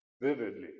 vividly